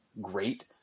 great